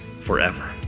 forever